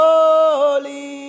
Holy